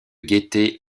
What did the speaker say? gaieté